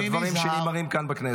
-- בדברים שנאמרים כאן בכנסת.